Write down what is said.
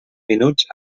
minuts